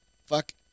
fuck